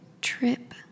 trip